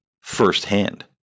firsthand